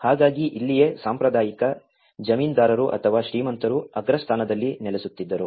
ಹಾಗಾಗಿ ಇಲ್ಲಿಯೇ ಸಾಂಪ್ರದಾಯಿಕ ಜಮೀನ್ದಾರರು ಅಥವಾ ಶ್ರೀಮಂತರು ಅಗ್ರಸ್ಥಾನದಲ್ಲಿ ನೆಲೆಸುತ್ತಿದ್ದರು